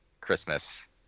Christmas